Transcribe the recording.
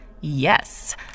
Yes